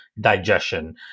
digestion